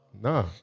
Nah